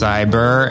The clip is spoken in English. Cyber